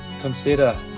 consider